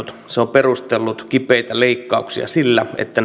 perustellut kipeitä leikkauksia sillä että